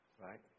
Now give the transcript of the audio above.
right